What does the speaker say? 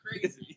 crazy